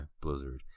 Blizzard